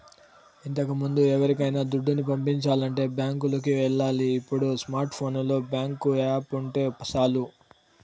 ఇంతకముందు ఎవరికైనా దుడ్డుని పంపించాలంటే బ్యాంకులికి ఎల్లాలి ఇప్పుడు స్మార్ట్ ఫోనులో బ్యేంకు యాపుంటే సాలు